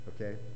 Okay